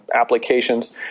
applications